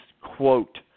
quote